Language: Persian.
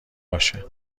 باشه